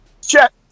Check